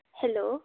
hello